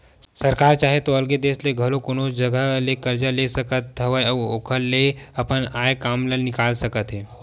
सरकार चाहे तो अलगे देस ले घलो कोनो जघा ले करजा ले सकत हवय अउ ओखर ले अपन आय काम ल निकाल सकत हे